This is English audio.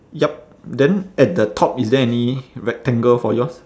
yup then at the top is there any rectangle for yours